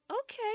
okay